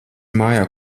mājā